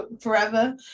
forever